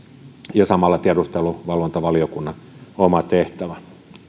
ja samalla tiedusteluvalvontavaliokunnan oma tehtävä